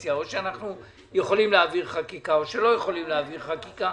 באופוזיציה או שאנחנו יכולים להעביר חקיקה או שלא יכולים להעביר חקיקה.